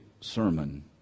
sermon